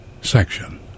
Section